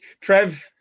Trev